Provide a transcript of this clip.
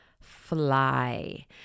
fly